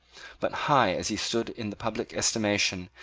but, high as he stood in the public estimation,